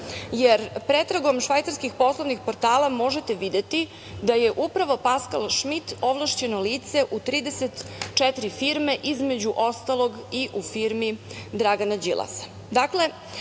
jer pretragom švajcarskih poslovnih portala možete videti da je upravo Paskal Šmit ovlašćeno lice u 34 firme, između ostalog i u firmi Dragana Đilasa. Dakle,